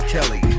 Kelly